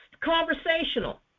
conversational